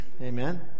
Amen